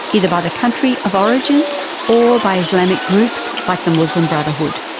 either by the countries of origin or by islamist groups like the muslim brotherhood.